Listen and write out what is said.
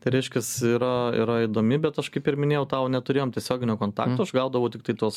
tai reiškias yra yra įdomi bet aš kaip ir minėjau tau neturėjom tiesioginio kontakto aš gaudavau tiktai tuos